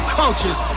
cultures